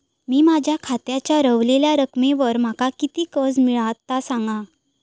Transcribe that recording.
मी माझ्या खात्याच्या ऱ्हवलेल्या रकमेवर माका किती कर्ज मिळात ता सांगा?